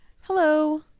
hello